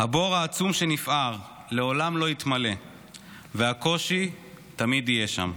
הבור העצום שנפער לעולם לא יתמלא והקושי תמיד יהיה שם.